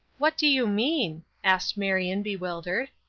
what do you mean? asked marion bewildered.